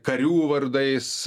karių vardais